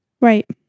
Right